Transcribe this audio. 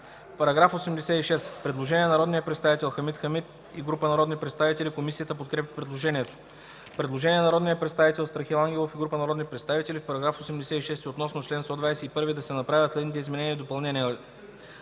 По § 86 – предложение на народния представител Хамид Хамид и група народни представители. Комисията подкрепя предложението. Предложение на народния представител Страхил Ангелов и група народни представители: „В § 86, относно чл. 121, да се направят следните изменения и допълнения: